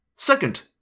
Second